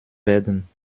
werden